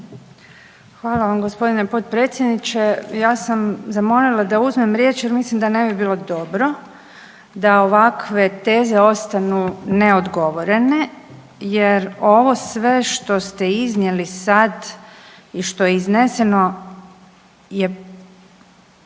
Hvala vam gospodine potpredsjedniče. Ja sam zamolila da uzmem riječ, jer mislim da ne bi bilo dobro da ovakve teze ostanu neodgovorene, jer ovo sve što ste iznijeli sad i što je izneseno je